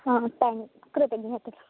thanks కృతజ్ఞతలు